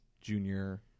junior